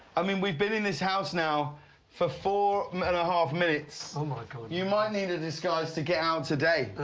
i mean, we've been in this house now for four and a half minutes. oh my god. james you might need a disguise to get out today.